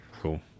Cool